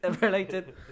Related